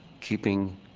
keeping